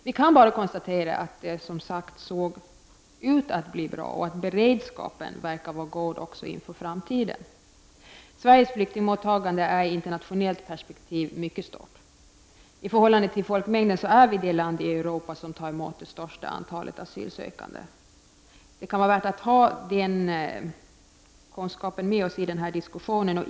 Vi kan bara konstatera att utsikterna verkade goda och att beredskapen verkade vara god också inför framtiden. Sveriges flyktingmottagande är i ett internationellt perspektiv mycket stort. I förhållande till folkmängden är vi det land i Europa som tar emot det största antalet asylsökande. Det kan vara värt att ha detta i åtanke under denna diskussion.